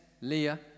Leah